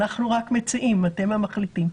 אנחנו רק מציעים, אתם המחליטים.